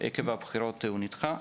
עקב הבחירות הוא נדחה.